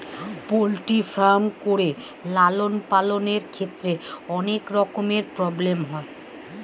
poultry farm করে লালন পালনের ক্ষেত্রে অনেক রকমের প্রব্লেম হয়